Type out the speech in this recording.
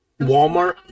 Walmart